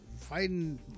fighting